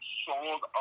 sold